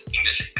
English